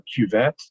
cuvette